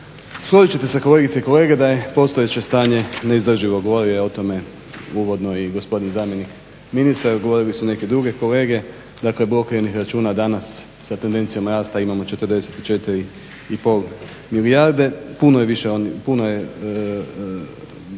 Složit ćete se kolegice i kolege da je postojeće stanje neizdrživo. Govorio je o tome uvodno i gospodin zamjenik ministra, govorile su neke druge kolege. Dakle, … /Govornik se ne razumije./ … računa danas imamo sa tendencijom raste imamo 44,5 milijarde. Puno je potraživanja